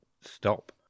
stop